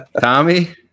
Tommy